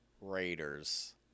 Raiders